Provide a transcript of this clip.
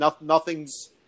Nothing's